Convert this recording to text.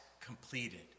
completed